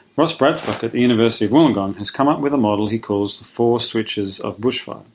ross bradstock at the university of wollongong has come up with a model he calls the four switches of bushfire.